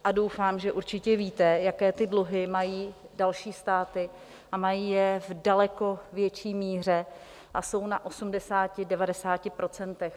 A doufám, že určitě víte, jaké ty dluhy mají další státy, a mají je v daleko větší míře a jsou na 80, 90 procentech.